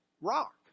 rock